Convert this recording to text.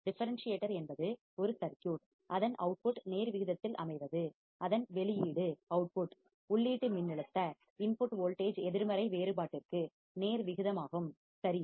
difference சியேட்டர் என்பது ஒரு சர்க்யூட் அதன் வெளியீடு அவுட்புட் நேர் விகிதத்தில் அமைவது அதன் வெளியீடு அவுட்புட் உள்ளீட்டு மின்னழுத்த இன்புட் வோல்டேஜ் எதிர்மறை வேறுபாட்டிற்கு நேர் விகிதமாகும் சரியா